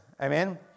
Amen